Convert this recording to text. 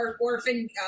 orphan